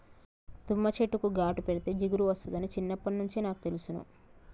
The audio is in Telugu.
తుమ్మ చెట్టుకు ఘాటు పెడితే జిగురు ఒస్తాదని చిన్నప్పట్నుంచే నాకు తెలుసును